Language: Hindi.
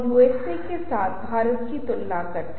सामाजिक पहचान हमें पहचान बनाने में मदद करती है